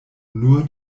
nur